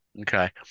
Okay